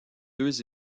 deux